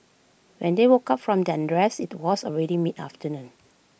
when they woke up from their rest IT was already mid afternoon